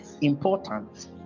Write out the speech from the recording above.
important